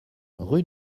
rue